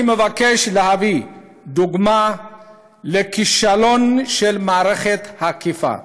אני מבקש להביא דוגמה לכישלון של מערכת האכיפה: